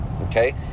okay